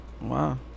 Wow